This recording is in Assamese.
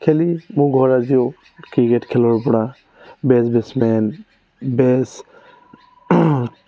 খেলি মোৰ ঘৰ আজিও ক্ৰিকেট খেলৰ পৰা বেষ্ট বেটছমেন বেষ্ট